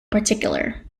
particular